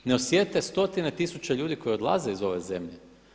Ne osjete stotine tisuća ljudi koji odlaze iz ove zemlje.